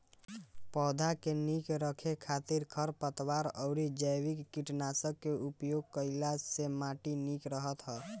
पौधा के निक रखे खातिर खरपतवार अउरी जैविक कीटनाशक के उपयोग कईला से माटी निक रहत ह